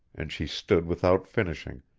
and she stood without finishing,